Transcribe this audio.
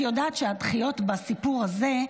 את יודעת שהדחיות בסיפור הזה,